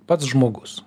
pats žmogus